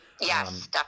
Yes